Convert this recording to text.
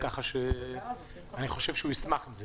כך שאני חושב שהוא ישמח על כך.